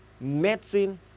medicine